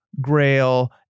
Grail